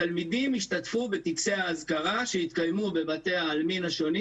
תלמידים השתתפו בטקסי האזכרה שהתקיימו בבתי העלמין השונים